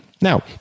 Now